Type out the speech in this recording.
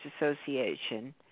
Association